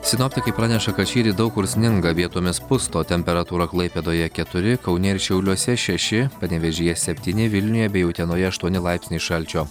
sinoptikai praneša kad šįryt daug kur sninga vietomis pusto temperatūra klaipėdoje keturi kaune ir šiauliuose šeši panevėžyje septyni vilniuje bei utenoje aštuoni laipsniai šalčio